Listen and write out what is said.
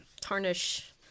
tarnish